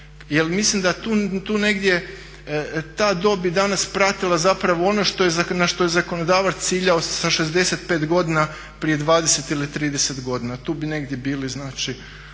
mislim da tu negdje ta dob je danas pratila zapravo ono na što je zakonodavac ciljao sa 65 godina prije 20 ili 30 godina. Tu bi negdje bili znači